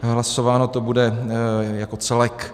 Hlasováno to bude jako celek.